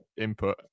input